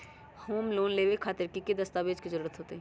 Home loan लेबे खातिर की की दस्तावेज के जरूरत होतई?